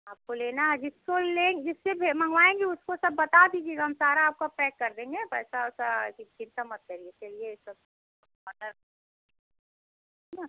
आपको लेना है जिसको ले जिससे भी मँगवाएँगी उसको सब बता दीजिएगा हम सारा आपका पैक कर देंगे पैसा वैसा की चिंता मत करिये चलिये ये सब ऑडर है ना